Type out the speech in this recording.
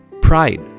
pride